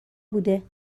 بوده